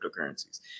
cryptocurrencies